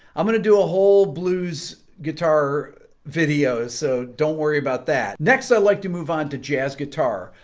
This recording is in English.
i'm gonna do a whole blues guitar video, so don't worry about that next. i'd like to move on to jazz guitar.